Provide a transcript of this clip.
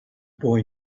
boy